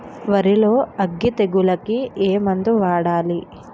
వరిలో అగ్గి తెగులకి ఏ మందు వాడాలి?